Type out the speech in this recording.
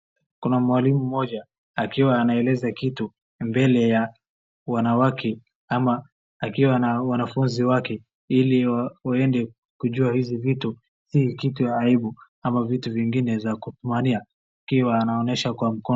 Kuna mwalimu mmoja akiwa anaeleza kitu mbele ya wanawake ama akiwa na wanafunzi wake ili waende kujua hizi vitu, hii kitu ya aibu ama vitu vingine za kupimania ikwa anaonyesha kwa mkono.